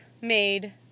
made